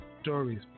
stories